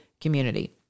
community